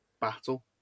battle